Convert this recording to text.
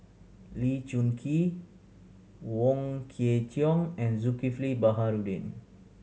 Lee Choon Kee Wong Kwei Cheong and Zulkifli Baharudin